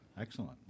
Excellent